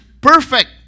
perfect